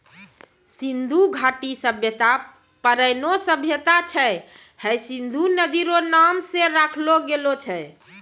सिन्धु घाटी सभ्यता परौनो सभ्यता छै हय सिन्धु नदी रो नाम से राखलो गेलो छै